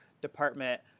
Department